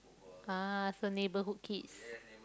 uh so neighbourhood kids